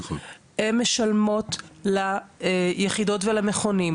הן משלמות ליחידות ומכונים.